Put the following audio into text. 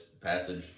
passage